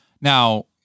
Now